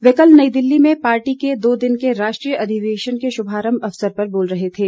वे कल नई दिल्ली में पार्टी के दो दिन के राष्ट्रीय अधिवेशन के शुभारम्भ अवसर पर बोल रहे थे